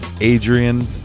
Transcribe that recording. Adrian